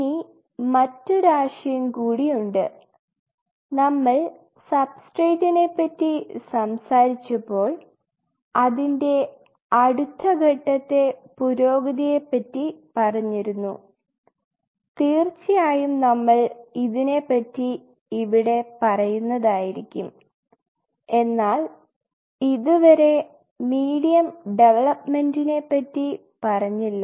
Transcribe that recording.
ഇനി മറ്റൊരു ഒരു ആശയം കൂടി ഉണ്ട് നമ്മൾ സബ്സ്ട്രേറ്റ്റ്റിനെ പറ്റി സംസാരിച്ചപ്പോൾ അതിൻറെ അടുത്തഘട്ടത്തെ പുരോഗതിയെ പറ്റി പറഞ്ഞിരുന്നു തീർച്ചയായും നമ്മൾ ഇതിനെപ്പറ്റി ഇവിടെ പറയുന്നതായിരിക്കും എന്നാൽ ഇതുവരെ വരെ മീഡിയം ഡവലപ്പ്മെൻറ്നെ പറ്റി പറഞ്ഞില്ല